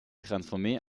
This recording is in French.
transformé